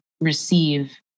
receive